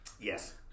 Yes